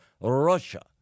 Russia